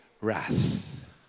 wrath